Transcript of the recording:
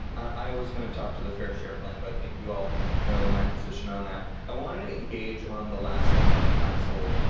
i was going to talk to the fair share plan but i think you all know my position on that, i wanted to engage on the last council